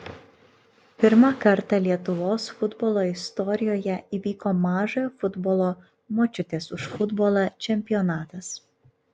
pirmą kartą lietuvos futbolo istorijoje įvyko mažojo futbolo močiutės už futbolą čempionatas